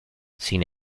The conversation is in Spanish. sin